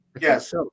Yes